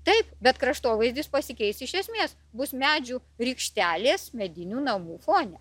taip bet kraštovaizdis pasikeis iš esmės bus medžių rykštelės medinių namų fone